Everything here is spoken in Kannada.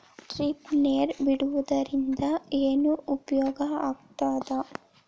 ಡ್ರಿಪ್ ನೇರ್ ಬಿಡುವುದರಿಂದ ಏನು ಉಪಯೋಗ ಆಗ್ತದ?